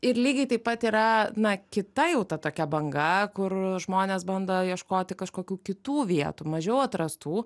ir lygiai taip pat yra na kita jau ta tokia banga kur žmonės bando ieškoti kažkokių kitų vietų mažiau atrastų